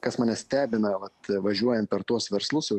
kas mane stebina vat važiuojant per tuos verslus jau